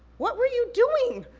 what were you doing?